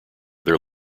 their